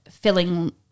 Filling